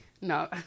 no